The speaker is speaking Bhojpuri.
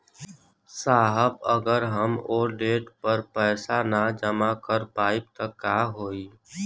साहब अगर हम ओ देट पर पैसाना जमा कर पाइब त का होइ?